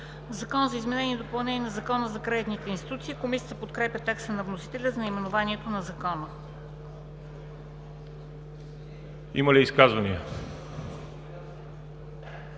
„Закон за изменение и допълнение на Закона за кредитните институции“. Комисията подкрепя текста на вносителя за наименованието на Закона. ПРЕДСЕДАТЕЛ